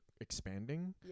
expanding